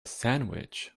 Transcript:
sandwich